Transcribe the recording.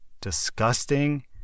disgusting